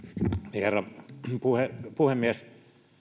herra puhemies